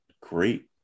great